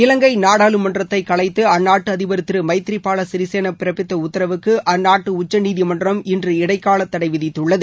இலங்கை நாடாளுமன்றத்தை கலைத்து அந்நாட்டு அதிபர் திரு மைத்ரிபால சிறிசேனா பிறப்பித்த உத்தரவுக்கு அந்நாட்டு உச்சநீதிமன்றம் இன்று இடைக்கூல தடை விதித்துள்ளது